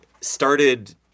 started